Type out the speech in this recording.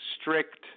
strict